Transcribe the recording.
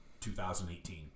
2018